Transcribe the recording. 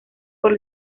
por